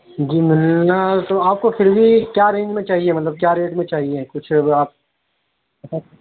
جی ملنا تو آپ کو پھر بھی کیا رینج میں چاہیے مطلب کیا ریٹ میں چاہیے کچھ آپ بتا